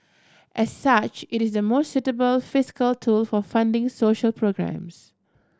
as such it is the most suitable fiscal tool for funding social programmes